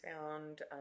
found